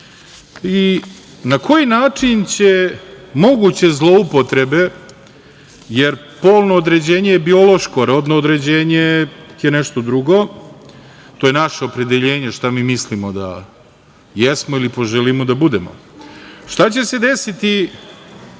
I, na koji način će moguće zloupotrebe, jer polno određenje je biološko, a rodno određenje je nešto drugo, to je naše opredeljenje šta mi mislimo da jesmo ili poželimo da budemo. Šta će se desiti